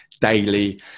daily